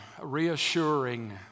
reassuring